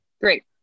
Great